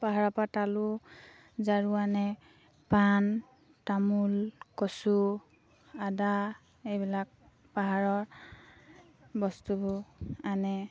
পাহাৰৰপৰা তালু ঝাৰু আনে পাণ তামোল কচু আদা এইবিলাক পাহাৰৰ বস্তুবোৰ আনে